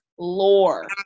lore